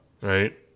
Right